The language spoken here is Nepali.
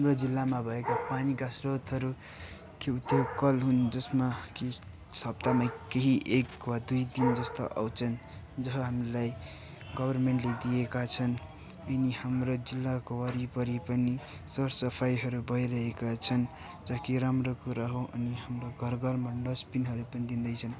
हाम्रा जिल्लामा भएका पानीका स्रोतहरू त्यही कल हुन् जसमा कि सप्तामा केही एक वा दुई दिन जस्ता आउँछन् जहाँ हामीलाई गवर्मेन्टले दिएका छन् यिनी हाम्रा जिल्लाको वरिपरि पनि सरसफाईहरू भइरहेका छन् जहाँ कि राम्रो कुरा हो अनि हाम्रो घर घरमा डस्टबिनहरू पनि दिँदैछन्